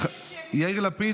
יאיר לפיד,